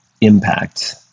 impact